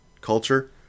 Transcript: culture